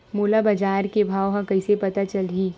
मोला बजार के भाव ह कइसे पता चलही?